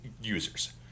users